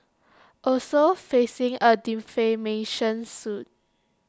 also facing A defamation suit